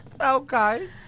Okay